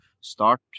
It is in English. start